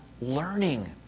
Learning